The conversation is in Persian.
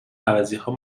عوضیها